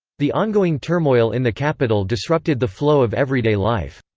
the ongoing turmoil in the capital disrupted the flow of everyday life.